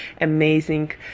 amazing